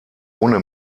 ohne